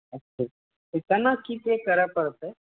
अच्छा केना की की करऽ पड़तै